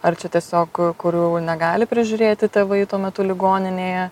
ar čia tiesiog kurių negali prižiūrėti tėvai tuo metu ligoninėje